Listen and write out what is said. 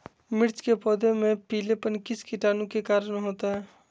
मिर्च के पौधे में पिलेपन किस कीटाणु के कारण होता है?